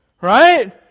Right